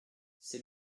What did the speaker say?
c’est